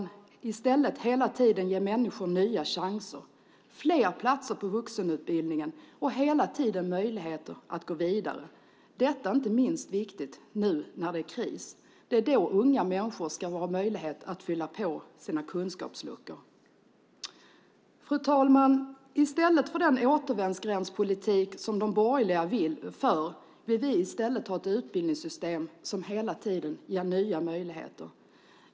Vi vill i stället hela tiden ge människor nya chanser, fler platser på vuxenutbildningen och möjligheter att gå vidare. Detta är inte minst viktigt nu när det är kris. Det är då unga människor ska ha möjlighet att fylla på sina kunskapsluckor. Fru talman! I stället för den återvändsgrändspolitik som de borgerliga för vill vi ha ett utbildningssystem som hela tiden ger nya möjligheter.